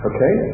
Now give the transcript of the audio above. Okay